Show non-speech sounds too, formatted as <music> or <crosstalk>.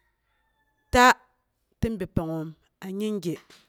<noise> ta tinn bi pangngoom. am laak man kigu